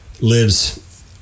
lives